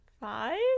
Five